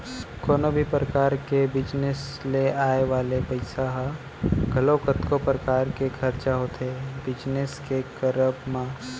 कोनो भी परकार के बिजनेस ले आय वाले पइसा ह घलौ कतको परकार ले खरचा होथे बिजनेस के करब म